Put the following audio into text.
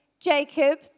Jacob